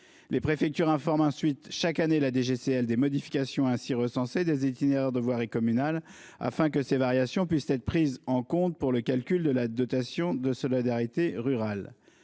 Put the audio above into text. Les préfectures informent ensuite chaque année la DGCL des modifications des linéaires de voirie communale ainsi recensées, afin que ces variations puissent être prises en compte pour le calcul de la dotation de solidarité rurale.